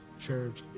church